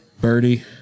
Birdie